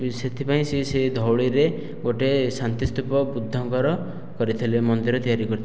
ସେଥିପାଇଁ ସେ ସେ ଧଉଳିରେ ଗୋଟେ ଶାନ୍ତି ସ୍ତୁପ ବୁଦ୍ଧଙ୍କର କରିଥିଲେ ମନ୍ଦିର ତିଆରି କରିଥିଲେ